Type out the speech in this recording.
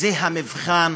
זה המבחן